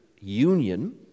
union